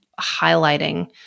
highlighting